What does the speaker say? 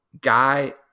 guy